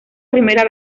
primera